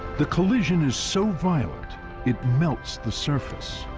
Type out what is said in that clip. the collision is so violent it melts the surface,